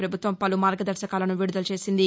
ప్రభుత్వం పలు మార్గదర్భకాలను విడుదల చేసింది